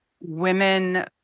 women